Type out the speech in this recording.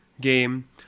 game